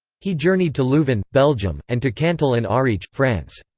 he journeyed to leuven, belgium, and to cantal and ariege, france.